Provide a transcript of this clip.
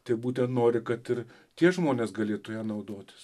tai būtent nori kad ir tie žmonės galėtų ja naudotis